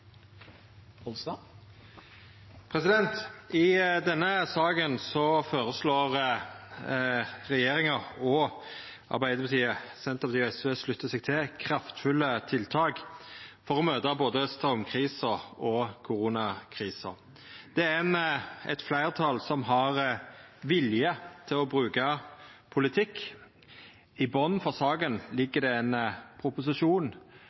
I denne saka føreslår regjeringa – og Arbeidarpartiet, Senterpartiet og SV sluttar seg til – kraftfulle tiltak for å møta både straumkrisa og koronakrisa. Det er eit fleirtal som har vilje til å bruka politikk. I botnen for saka ligg det ein proposisjon.